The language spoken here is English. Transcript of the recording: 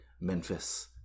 Memphis